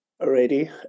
already